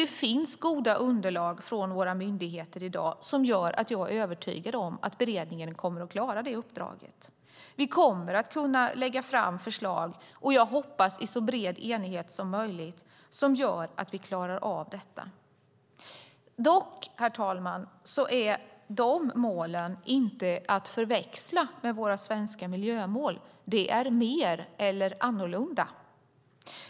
Det finns goda underlag från våra myndigheter i dag som gör att jag är övertygad om att beredningen kommer att klara det uppdraget. Vi kommer att kunna lägga fram förslag, och jag hoppas att det blir i så bred enighet som möjligt, som gör att vi klarar av detta. Dock är de målen inte att förväxla med våra svenska miljömål. De är mer eller annorlunda.